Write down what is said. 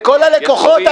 וכל הלקוחות,